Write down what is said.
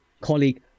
colleague